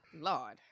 Lord